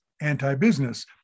anti-business